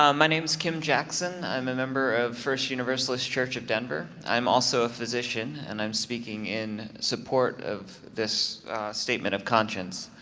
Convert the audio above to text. um my name is kim jackson. i'm a member of first unitarian universalist church of denver. i'm also a physician and i'm speaking in support of this statement of conscience.